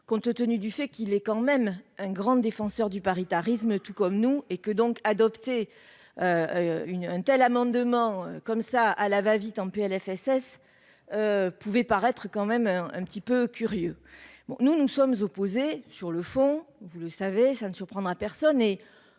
compte tenu du fait qu'il est quand même un grand défenseur du paritarisme, tout comme nous, et que donc adopter une un tel amendement comme ça à la va-vite un PLFSS pouvait paraître quand même un, un petit peu curieux, bon, nous nous sommes opposés sur le fond, vous le savez, ça ne surprendra personne,